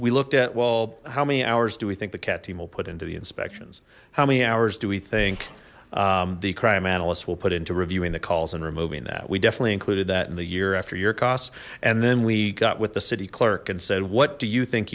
we looked at well how many hours do we think the cat team will put into the inspections how many hours do we think the crime analysts will put into reviewing the calls and removing that we definitely included that in the year after year costs and then we got with the city clerk and said what do you think